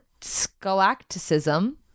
scholasticism